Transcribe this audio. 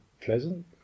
Pleasant